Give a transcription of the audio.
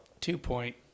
two-point